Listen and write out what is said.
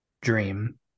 dream